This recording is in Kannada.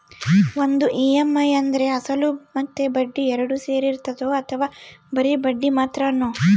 ಒಂದು ಇ.ಎಮ್.ಐ ಅಂದ್ರೆ ಅಸಲು ಮತ್ತೆ ಬಡ್ಡಿ ಎರಡು ಸೇರಿರ್ತದೋ ಅಥವಾ ಬರಿ ಬಡ್ಡಿ ಮಾತ್ರನೋ?